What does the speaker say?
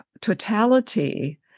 totality